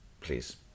Please